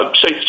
say